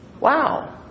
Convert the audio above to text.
Wow